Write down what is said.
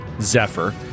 Zephyr